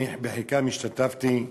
אני השתתפתי בחלקם.